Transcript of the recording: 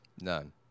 None